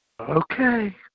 Okay